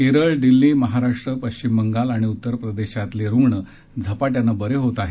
केरळ दिल्ली महाराष्ट्र पश्चिमबंगाल आणि उत्तर प्रदेशातले रुग्ण झपाट्यानं बरे होत आहेत